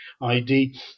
ID